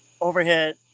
Overhead